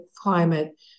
climate